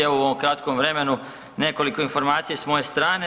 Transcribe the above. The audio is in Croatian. Evo u ovom kratkom vremenu nekoliko informacija i s moje strane.